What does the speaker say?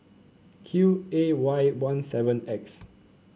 Q A Y one seven X